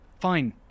fine